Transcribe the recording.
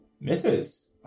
Misses